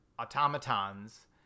automatons